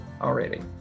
already